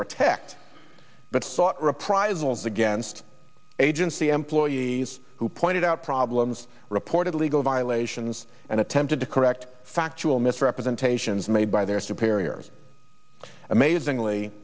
protect but sought reprisals against agency employees who pointed out problems reported legal violations and attempted to correct factual misrepresentations made by their superiors amazingly